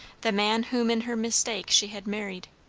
the man whom in her mistake she had married.